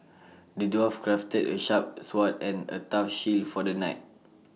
the dwarf crafted A sharp sword and A tough shield for the knight